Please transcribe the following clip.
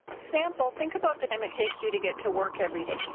example, think about the time it takes you to get to work every day.